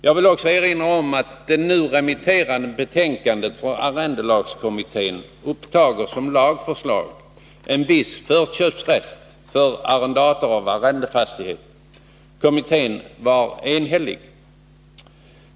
Jag vill också erinra om att det nu remitterade betänkandet från arrendelagskommittén som lagförslag upptar en viss förköpsrätt för den som arrenderar arrendefastigheten. Kommittén var enhällig.